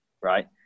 right